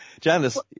Janice